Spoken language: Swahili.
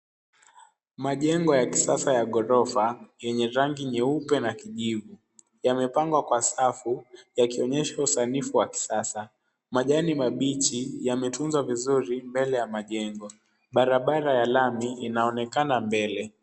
Majengo ya kisasa ya ghorofa, yenye rangi nyeupe na kijivu. Yamepangwa kwa safu, yakionyesha usanifu wa kisasa . Majani mabichi yametunzwa vizuri mbele ya majengo. Barabara ya lami inaonekana mbele.